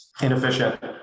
inefficient